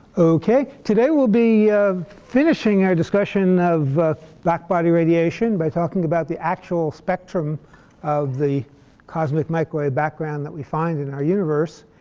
ok. today we'll be finishing our discussion of black-body radiation by talking about the actual spectrum of the cosmic microwave background that we find in our universe.